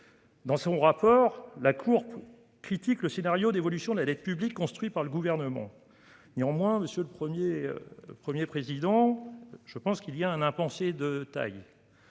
Dans son rapport, la Cour des comptes critique le scénario d'évolution de la dette publique construit par le Gouvernement. Néanmoins, monsieur le Premier président, il comporte un impensé de taille.